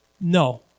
no